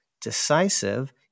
decisive